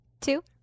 two